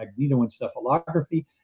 magnetoencephalography